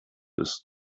ist